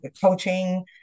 coaching